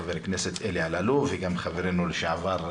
חבר הכנסת אלי אלאלוף וחברנו לשעבר,